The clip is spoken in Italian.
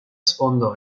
sfondo